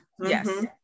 yes